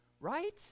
right